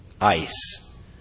ice